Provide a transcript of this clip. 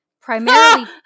primarily